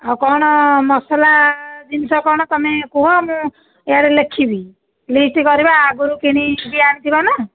ଆଉ କ'ଣ ମସଲା ଜିନିଷ କ'ଣ ତୁମେ କୁହ ମୁଁ ଏଆଡ଼େ ଲେଖିବି ଲିଷ୍ଟ୍ କରିବା ଆଗରୁ କିଣିକି ଆଣିଥିବା ନା